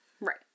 Right